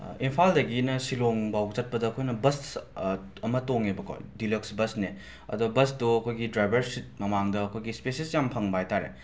ꯏꯝꯐꯥꯜꯗꯒꯤꯅ ꯁꯤꯂꯣꯡꯕꯥꯎ ꯆꯠꯄꯗ ꯑꯩꯈꯣꯏꯅ ꯕꯁ ꯑꯃ ꯇꯣꯡꯉꯦꯕꯀꯣ ꯗꯤꯂꯛꯁ ꯕꯁꯅꯦ ꯑꯗꯣ ꯕꯁꯇꯣ ꯑꯩꯈꯣꯏꯒꯤ ꯗ꯭ꯔꯥꯏꯕꯔ ꯁꯤꯠ ꯃꯃꯥꯡꯗ ꯑꯩꯈꯣꯏꯒꯤ ꯁ꯭ꯄꯦꯁꯤꯁ ꯌꯥꯝꯅ ꯐꯪꯕ ꯍꯥꯏ ꯇꯥꯔꯦ